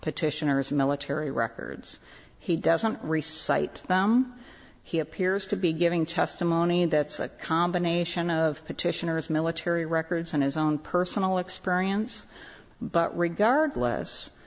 petitioners military records he doesn't recites them he appears to be giving testimony and that's a combination of petitioners military records and his own personal experience but regardless